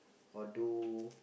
or do